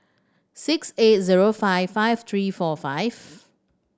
six eight zero five five three four five